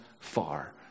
far